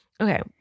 Okay